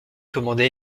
commandait